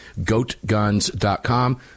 GoatGuns.com